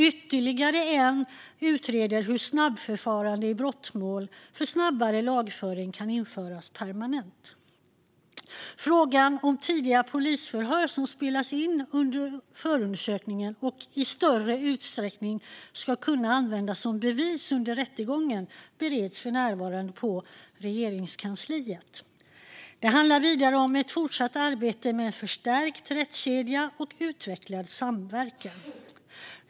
Ytterligare en utreder hur snabbförfarande i brottmål för snabbare lagföring kan införas permanent. Frågan om tidiga polisförhör som spelas in under förundersökningen i större utsträckning ska kunna användas som bevis under rättegången bereds för närvarande på Regeringskansliet. Det handlar vidare om ett fortsatt arbete med en förstärkt rättskedja och utvecklad samverkan.